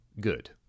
good